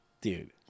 Dude